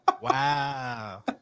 Wow